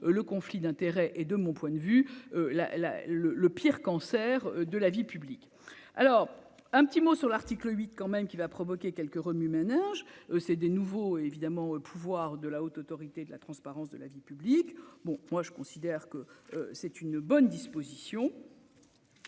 le conflit d'intérêt et de mon point de vue là le le pire, cancer de la vie publique, alors un petit mot sur l'article 8 quand même qui va provoquer quelques remue-ménage c'est des nouveaux évidemment pouvoir de la Haute autorité de la transparence de la vie publique, bon moi je considère que c'est une bonne disposition